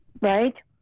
right